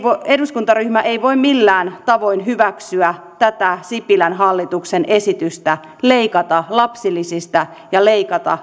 eduskuntaryhmä ei voi millään tavoin hyväksyä tätä sipilän hallituksen esitystä leikata lapsilisistä ja leikata